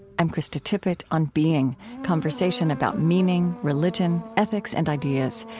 i'm krista tippett, on being conversation about meaning, religion, ethics, and ideas.